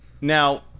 now